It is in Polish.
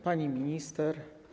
Pani Minister!